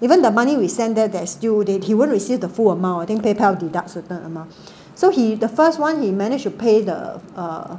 even the money we sent them that still that he won't receive the full amount I think paypal deduct certain amount so he the first one he managed to pay the uh